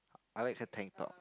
I like her tank top